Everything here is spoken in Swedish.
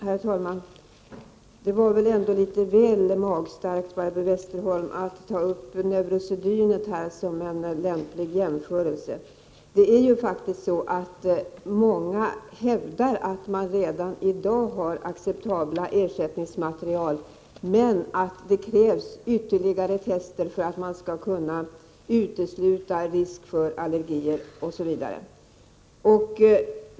Herr talman! Det var väl ändå litet väl magstarkt, Barbro Westerholm, att i det här sammanhanget ta upp neurosedynet som en lämplig jämförelse! Många hävdar att det redan i dag finns acceptabla ersättningsmaterial men att det krävs ytterligare tester för att utesluta risker för allergier, osv.